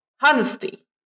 honesty